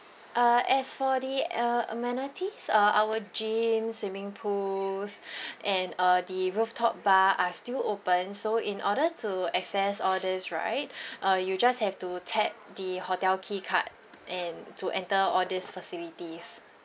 uh as for the uh amenities uh our gym swimming pools and uh the rooftop bar are still open so in order to access all this right uh you just have to tap the hotel key card and to enter all these facilities